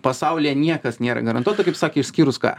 pasaulyje niekas nėra garantuota kaip sakė išskyrus ką